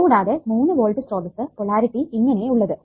കൂടാതെ 3 വോൾട്ട് സ്രോതസ്സ് പൊളാരിറ്റി ഇങ്ങനെ ഉള്ളത്